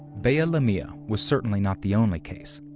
but lamilla was certainly not the only case.